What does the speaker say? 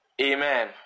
amen